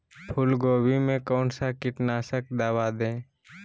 फूलगोभी में कौन सा कीटनाशक दवा दे?